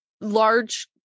large